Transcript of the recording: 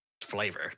flavor